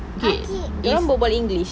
okay it's